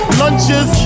lunches